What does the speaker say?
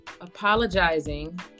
apologizing